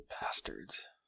bastards